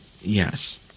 Yes